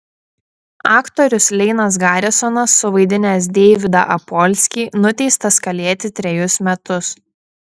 aktorius leinas garisonas suvaidinęs deividą apolskį nuteistas kalėti trejus metus